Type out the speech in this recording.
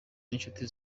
n’inshuti